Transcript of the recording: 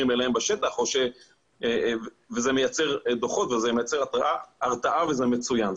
אליהם בשטח וזה מייצר דוחות וזה מייצר הרתעה וזה מצוין.